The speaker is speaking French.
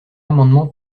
amendement